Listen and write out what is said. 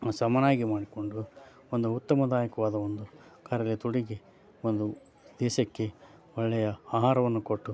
ಸಮನಾಗಿ ಮಾಡಿಕೊಂಡು ಒಂದು ಉತ್ತಮದಾಯಕವಾದ ಒಂದು ಕಾರ್ಯದಲ್ಲಿ ತೊಡಗಿ ಒಂದು ದೇಶಕ್ಕೆ ಒಳ್ಳೆಯ ಆಹಾರವನ್ನು ಕೊಟ್ಟು